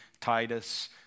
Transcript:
Titus